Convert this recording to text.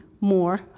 more